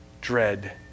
dread